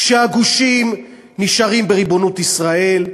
כשהגושים נשארים בריבונות ישראל,